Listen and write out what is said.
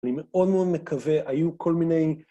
אני מאוד מאוד מקווה, היו כל מיני...